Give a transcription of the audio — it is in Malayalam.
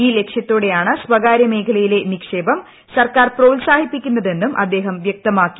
ഈ ലക്ഷ്യത്തോടെയാണ് സ്വകാര്യമ്മേഖ്ലയിലെ നിക്ഷേപം സർക്കാർ പ്രോത്സാഹിപ്പിക്കുന്നത്തെന്നും ് അദ്ദേഹം വ്യക്തമാക്കി